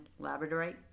labradorite